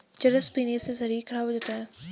चरस पीने से शरीर खराब हो जाता है